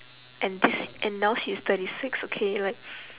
and this and now she's thirty six okay like